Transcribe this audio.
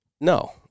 No